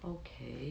okay